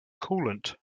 coolant